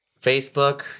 Facebook